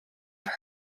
have